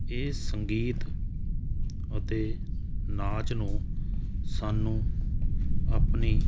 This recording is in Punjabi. ਇਹ ਸੰਗੀਤ ਅਤੇ ਨਾਚ ਨੂੰ ਸਾਨੂੰ ਆਪਣੀ